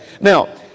Now